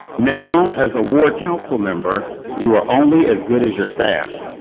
now as a ward councilmember, you are only as good as your staff.